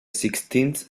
sixteenth